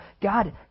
God